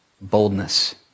Boldness